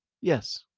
Yes